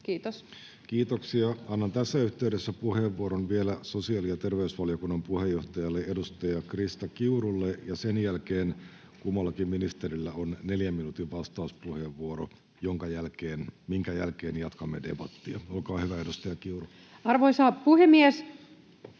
Kiitos. Kiitoksia. — Annan tässä yhteydessä puheenvuoron vielä sosiaali- ja terveysvaliokunnan puheenjohtajalle, edustaja Krista Kiurulle, ja sen jälkeen kummallakin ministerillä on neljän minuutin vastauspuheenvuoro, minkä jälkeen jatkamme debattia. — Olkaa hyvä, edustaja Kiuru. Arvoisa puhemies!